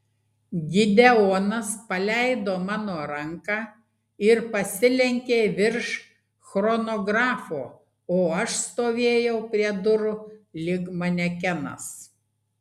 gideonas paleido mano ranką ir pasilenkė virš chronografo o aš stovėjau prie durų lyg manekenas